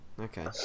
Okay